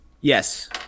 yes